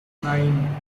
nine